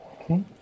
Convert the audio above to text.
Okay